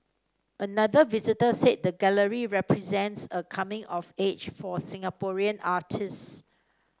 another visitor said the gallery represents a coming of age for Singaporean artists